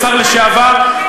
השר לשעבר,